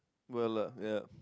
well ah ya